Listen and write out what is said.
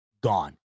gone